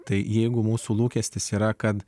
tai jeigu mūsų lūkestis yra kad